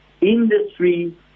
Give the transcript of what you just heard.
industry